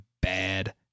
bad